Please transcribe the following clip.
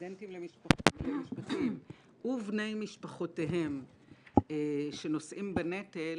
סטודנטים למשפטים ובני משפחותיהם שנושאים בנטל,